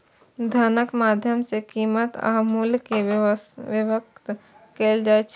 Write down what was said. धनक माध्यम सं कीमत आ मूल्य कें व्यक्त कैल जाइ छै